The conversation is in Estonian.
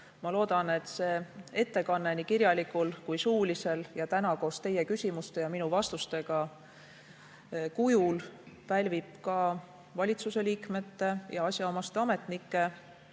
Ma loodan, et see ettekanne nii kirjalikul kui ka suulisel kujul – koos teie tänaste küsimuste ja minu vastustega – pälvib ka valitsuse liikmete ning asjaomaste ametnike